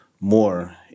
more